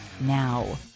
Now